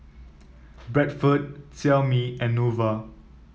Bradford Xiaomi and Nova